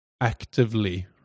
actively